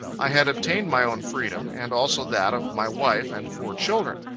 i had obtained my own freedom and also that of my wife and four children.